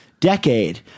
Decade